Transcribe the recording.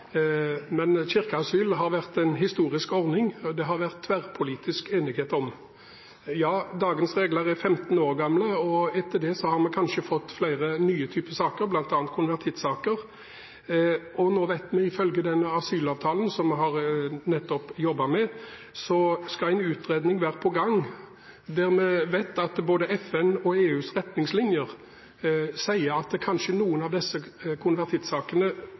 har vært en historisk ordning det har vært tverrpolitisk enighet om. Ja, dagens regler er 15 år gamle, og etter det har vi kanskje fått flere nye typer saker, bl.a. konvertittsaker. Nå vet vi at ifølge den asylavtalen som vi nettopp har jobbet med, skal en utredning være på gang, der vi vet at både FNs og EUs retningslinjer sier at kanskje noen av disse konvertittsakene og kirkeasylsakene da hadde vært